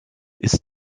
ist